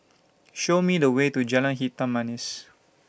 Show Me The Way to Jalan Hitam Manis